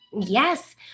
Yes